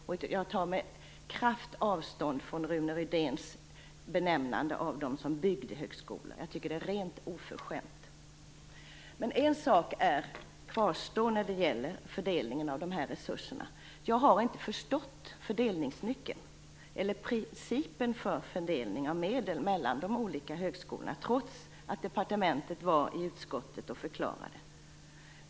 Och jag tar med kraft avstånd från Rune Rydéns benämnande av dem som bygdehögskolor. Jag tycker att det är rent oförskämt. Men en sak kvarstår när det gäller fördelningen av dessa resurser. Jag har inte förstått fördelningsnyckerna eller principen för fördelning av medel mellan de olika högskolorna trots att departementet var i utskottet och förklarade.